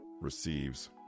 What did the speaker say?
receives